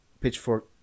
Pitchfork